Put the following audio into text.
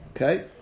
Okay